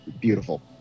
beautiful